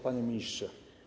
Panie Ministrze!